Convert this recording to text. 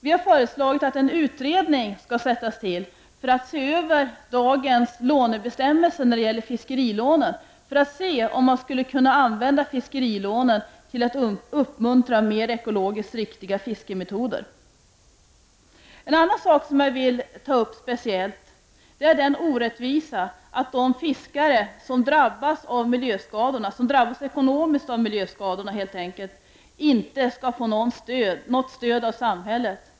Vi har föreslagit att en utredning skall sättas till med uppgift att se över bestämmelserna rörande fiskerilånen, för att se om man skulle kunna använda dessa lån till att uppmuntra mer ekologiskt riktiga fiskemetoder. En annan sak som jag vill ta upp speciellt är orättvisan att de fiskare som drabbas ekonomiskt av miljöskadorna inte får något stöd av samhället.